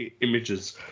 images